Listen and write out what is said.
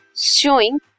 showing